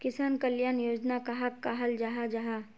किसान कल्याण योजना कहाक कहाल जाहा जाहा?